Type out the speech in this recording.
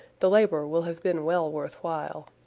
the labor will have been well worth while.